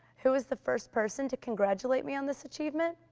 who was the first person to congratulate me on this achievement,